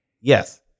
Yes